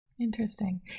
Interesting